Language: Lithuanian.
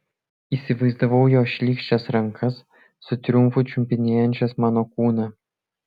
įsivaizdavau jo šlykščias rankas su triumfu čiupinėjančias mano kūną